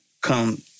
come